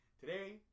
today